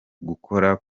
gukora